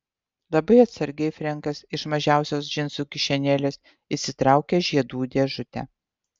labai atsargiai frenkas iš mažiausios džinsų kišenėlės išsitraukė žiedų dėžutę